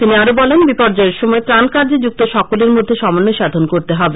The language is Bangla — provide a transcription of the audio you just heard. তিনি আরো বলেন বিপর্যয়ের সময় ত্রান কার্যে যুক্ত সকলের মধ্যে সমন্বয় সাধন করতে হবে